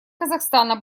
казахстана